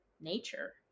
nature